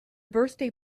birthday